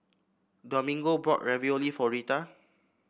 Domingo bought Ravioli for Rheta